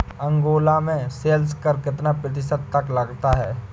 Angola में sales कर कितना प्रतिशत तक लगता है?